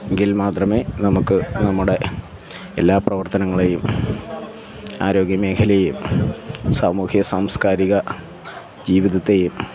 എങ്കിൽ മാത്രമേ നമ്മൾക്ക് നമ്മുടെ എല്ലാ പ്രവർത്തനങ്ങളെയും ആരോഗ്യമേഖലയും സാമൂഹിക സാംസ്കാരിക ജീവിതത്തെയും